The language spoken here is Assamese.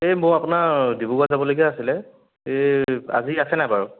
এই মোৰ আপোনাৰ ডিব্ৰুগড়ত যাবলগীয়া আছিলে এই আজি আছে নাই বাৰু